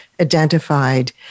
identified